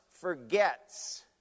forgets